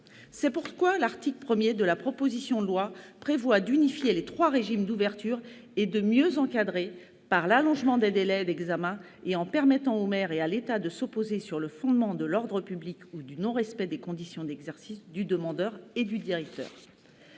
C'est pourquoi l'article 1 de la proposition de loi tend à unifier les trois régimes d'ouverture et à mieux les encadrer, par l'allongement des délais d'examen et en permettant au maire et à l'État de s'opposer sur le fondement de l'ordre public ou du non-respect des conditions d'exercice du demandeur et du directeur.